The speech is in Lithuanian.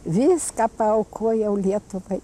viską paaukojau lietuvai